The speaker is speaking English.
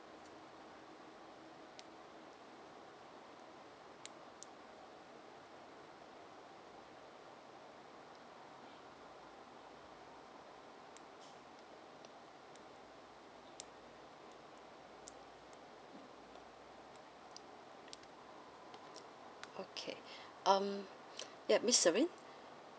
okay um yup miss celine